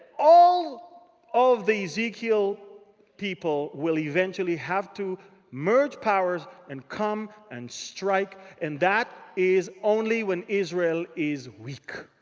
all of the ezekiel people will eventually have to merge powers, and come, and strike. and that is only when israel is weak.